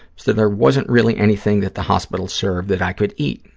so there wasn't really anything that the hospital served that i could eat.